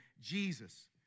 Jesus